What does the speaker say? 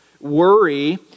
worry